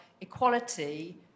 equality